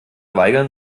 weigern